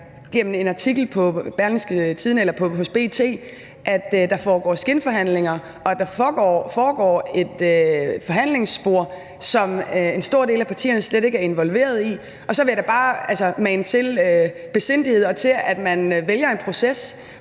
gennem en artikel i B.T., at der foregår skinforhandlinger, og at der foregår et forhandlingsspor, som en stor del af partierne slet ikke er involveret i. Så jeg vil da bare mane til besindighed og til, at man vælger en proces,